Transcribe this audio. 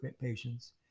patients